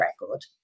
record